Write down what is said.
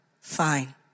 fine